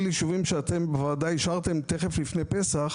יישובים שאתם בוודאי אישרתם לפני פסח,